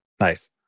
Nice